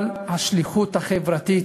אבל השליחות החברתית,